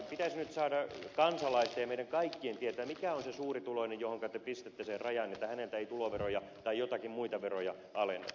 pitäisi nyt saada kansalaisten ja meidän kaikkien tietää mikä on se suurituloinen johonka te pistätte sen rajan että häneltä ei tuloveroja tai joitakin muita veroja alenneta